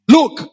Look